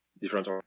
different